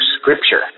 scripture